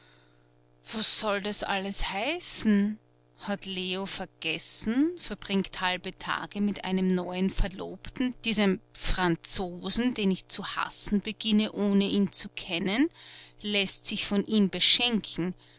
was soll das alles heißen hat leo vergessen verbringt halbe tage mit einem neuen verlobten diesem franzosen den ich zu hassen beginne ohne ihn zu kennen läßt sich von ihm beschenken